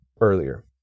earlier